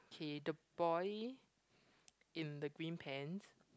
okay the boy in the green pants